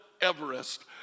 Everest